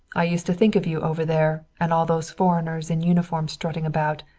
i used to think of you over there, and all those foreigners in uniform strutting about,